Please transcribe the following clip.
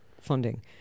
funding